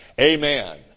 Amen